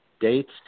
dates